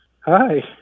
Hi